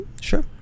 Sure